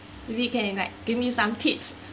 maybe can like give me some tips